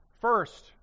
First